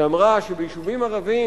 שאמרה שביישובים ערביים,